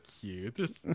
cute